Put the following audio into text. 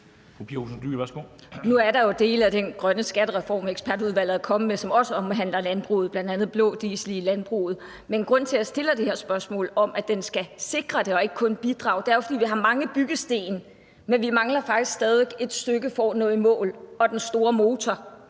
Nu er der jo dele af den grønne skattereform, ekspertudvalget er kommet med, som også omhandler landbruget, bl.a. blå diesel i landbruget. Men grunden til, jeg stiller det her spørgsmål om, at den skal sikre det og ikke kun bidrage til det, er jo, at vi har mange byggesten, men vi mangler faktisk stadig væk et stykke for at nå i mål, og den store motor